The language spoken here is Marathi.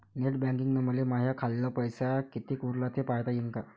नेट बँकिंगनं मले माह्या खाल्ल पैसा कितीक उरला थे पायता यीन काय?